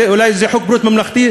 אולי זה חוק ביטוח בריאות ממלכתי,